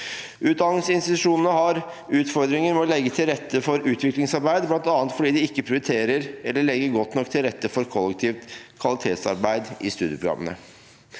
Utdanningsinstitusjonene har utfordringer med å legge til rette for utviklingsarbeid, bl.a. fordi de ikke prioriterer eller legger godt nok til rette for kollektivt kvalitetsarbeid i studieprogrammene.